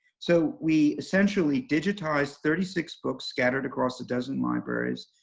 so we essentially digitized thirty six books scattered across the dozen libraries.